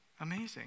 Amazing